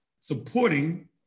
supporting